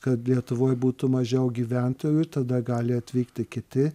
kad lietuvoj būtų mažiau gyventojų tada gali atvykti kiti